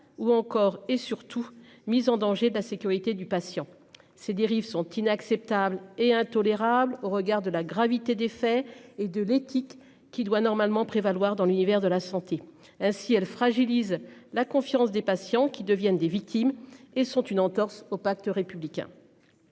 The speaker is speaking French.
ou encore et surtout, mise en danger de la sécurité du patient. Ces dérives sont inacceptables et intolérables au regard de la gravité des faits et de l'éthique qui doit normalement prévaloir dans l'univers de la santé ainsi elle fragilise la confiance des patients qui deviennent des victimes et sont une entorse au pacte républicain.